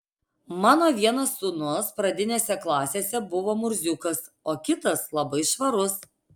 mano vienas sūnus pradinėse klasėse buvo murziukas o kitas labai švarus